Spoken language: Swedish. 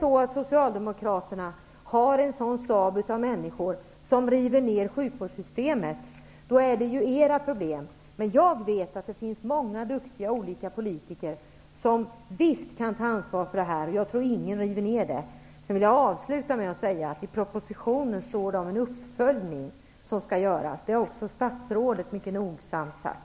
Har Socialdemokraterna en sådan stab av människor som river ner sjukvårdssystemet är det ert problem. Jag vet att det finns många duktiga politiker i olika partier som visst kan ta ansvar för detta. Jag tror inte att någon river ner systemet. Jag vill avsluta med att säga att det i propositionen står om en uppföljning som skall göras. Det har också statsrådet mycket nogsamt sagt.